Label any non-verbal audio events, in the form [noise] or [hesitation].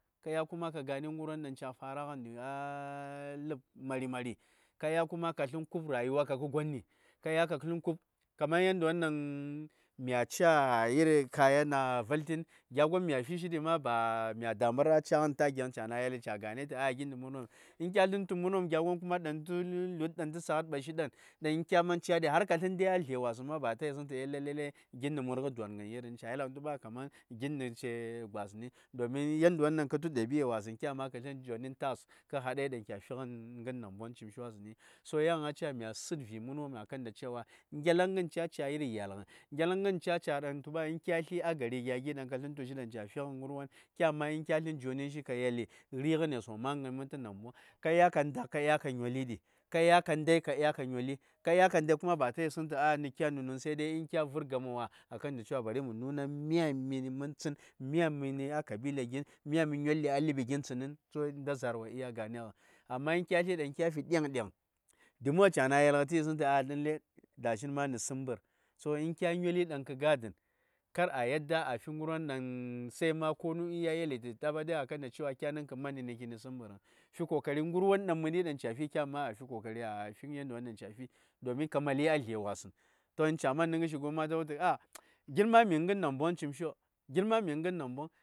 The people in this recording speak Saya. Ka ɗya kuma ka gane gən ɗaŋ ca: faraŋənɗi [hesitation] ləb mari mari, ka dya kuma ka slən ku:p rayuwa kapkə gonɗi kaman yaddiyo ɗaŋ mya ca iri kaya na valti gya gwon ma mya ca taŋyaŋ ca:na yel ŋə gane tu gin nə mənwopm. Kya sən tu mənwopm gya gon ɗaŋ tə samat ɓashi ɗan kya cadi har ka ndai a zle wasəŋ bata yisəŋ tu lailai gin nə murgən dwan gən yirən ca yel ɗaŋ kutuŋ ba gin nə ce gwasəŋ domin yandayo dan ca:ŋən kaya wos, yan ŋən ca mya səit vi mən wopm tu ŋelaŋən ca ca yiir yailgən ka diya ka nda ko ɠo kə ndər kə nyoli di, said ai kyani kya gitshi tu bari mə fushi tu mya:ni minə mən tsən ko kabila gin tsən, amma kya tlə ɗaŋ kya fi dyaŋ dyaŋ cana yel ŋə tə yisənyi tu dashin nə səmbər so, kya nyol kə ga dəni kada ayi git konu tə yi:səŋyi tu kinə səmbərəŋ, fi kokari ŋən ɗaŋ ca fi kyani ma afi domin ka mali a dhe wasəŋ ca: man nə ŋəshigon ta wultu gin ma mi namboŋ.